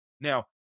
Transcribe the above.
now